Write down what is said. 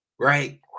right